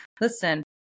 listen